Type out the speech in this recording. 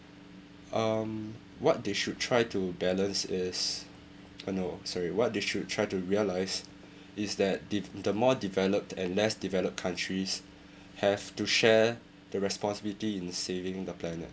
um what they should try to balance is uh no sorry what they should try to realise is that the the more developed and less developed countries have to share the responsibility in saving the planet